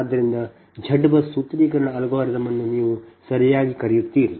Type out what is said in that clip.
ಆದ್ದರಿಂದ Z bus ಸೂತ್ರೀಕರಣ algorithm ಅನ್ನು ನೀವು ಸರಿಯಾಗಿ ಕರೆಯುತ್ತೀರಿ